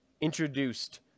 introduced